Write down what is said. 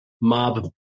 mob